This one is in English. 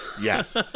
Yes